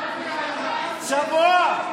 צבוע.